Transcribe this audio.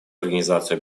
организацию